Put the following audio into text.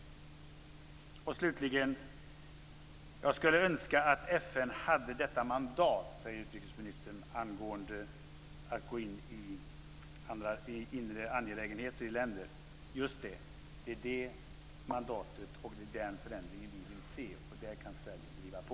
Utrikesministern säger att hon skulle önska att FN hade mandat när det gäller att gå in i länders inre angelägenheter. Just det! Det är det mandatet och den förändringen som vi vill se. Här kan Sverige driva på.